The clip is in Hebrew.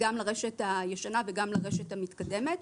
גם לרשת הישנה וגם לרשת המתקדמת.